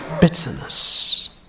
bitterness